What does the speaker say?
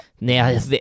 Now